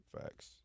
facts